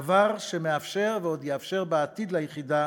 דבר שמאפשר ועוד יאפשר בעתיד ליחידה